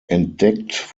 entdeckt